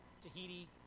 Tahiti